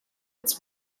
its